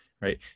right